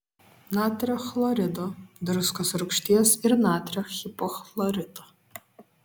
natrio chlorido druskos rūgšties ir natrio hipochlorito